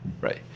right